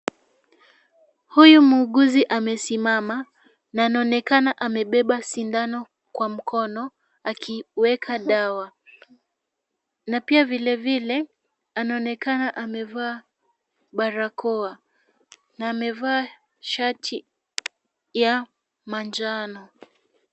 Huyu muuguzi amesimama na anaonekana amebeba sindano kwa mkono akiweka dawa na pia vile vile anaonekana amevaa barakoa na amevaa shati ya manjano.